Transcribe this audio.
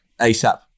ASAP